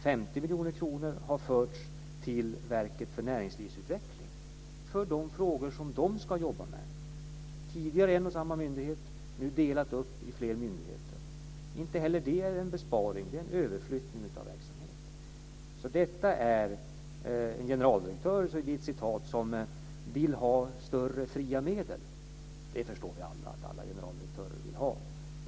50 miljoner kronor har förts till Verket för näringslivsutveckling, för de frågor som de ska jobba med. Tidigare var det en och samma myndighet men nu är det en uppdelning på flera myndigheter. Inte heller det är en besparing, utan det handlar om en överflyttning av verksamhet. En generaldirektör citeras som vill ha större fria medel men alla förstår vi att det vill alla generaldirektörer ha.